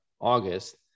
august